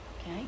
okay